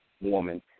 woman